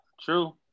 True